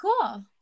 Cool